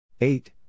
Eight